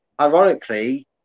Ironically